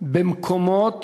במקומות